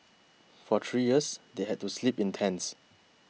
for three years they had to sleep in tents